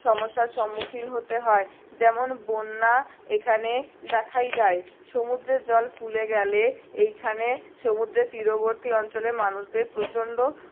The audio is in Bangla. সমস্যার সম্মুখীন হতে হয় যেমন বন্যা এখানে দেখাই যায় সমুদ্রের জল ফুলে গেলে এইখানে সমুদ্রের তীরবর্তী অঞ্চলে মানুষদের প্রচণ্ড